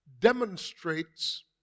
demonstrates